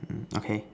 okay